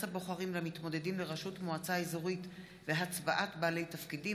הבוחרים למתמודדים לראשות מועצה אזורית והצבעת בעלי תפקידים),